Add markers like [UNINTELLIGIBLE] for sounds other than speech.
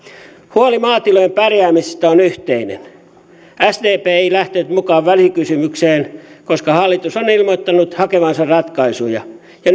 huoli maatilojen pärjäämisestä on yhteinen sdp ei lähtenyt mukaan välikysymykseen koska hallitus on ilmoittanut hakevansa ratkaisuja ja [UNINTELLIGIBLE]